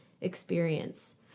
experience